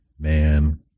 man